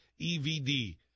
EVD